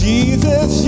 Jesus